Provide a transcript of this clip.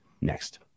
next